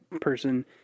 person